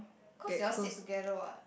cause you all sit together what